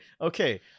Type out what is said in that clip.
Okay